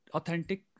Authentic